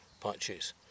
patches